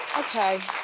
okay.